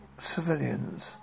civilians